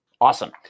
Awesome